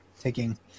taking